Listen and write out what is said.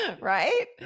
right